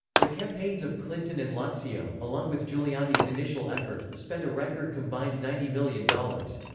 the campaigns of clinton and lazio, along with giuliani's initial effort, spent a record combined ninety million dollars.